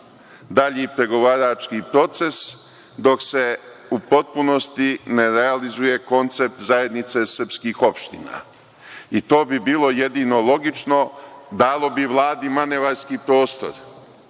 dalji pregovarački i proces dok se u potpunosti ne realizuje koncept zajednice srpskih opština i to bi bilo jedino logično, dalo bi Vladi manevarski prostor,